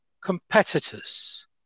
competitors